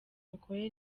mikorere